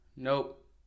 Nope